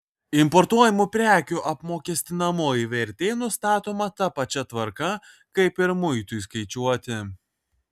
importuojamų prekių apmokestinamoji vertė nustatoma ta pačia tvarka kaip ir muitui skaičiuoti